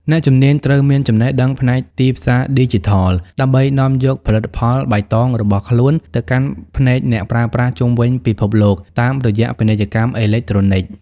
អ្នកជំនាញត្រូវមានចំណេះដឹងផ្នែកទីផ្សារឌីជីថល ដើម្បីនាំយកផលិតផលបៃតងរបស់ខ្លួនទៅកាន់ភ្នែកអ្នកប្រើប្រាស់ជុំវិញពិភពលោកតាមរយៈពាណិជ្ជកម្មអេឡិចត្រូនិក។